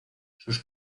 sus